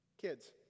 kids